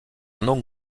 nom